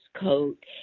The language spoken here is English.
coat